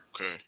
okay